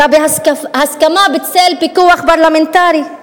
אלא בהסכמה בצל פיקוח פרלמנטרי,